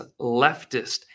leftist